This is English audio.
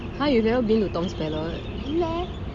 huh you've never been to tom's palette